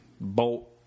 bolt